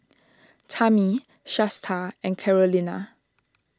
Tammi Shasta and Carolina